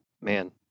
man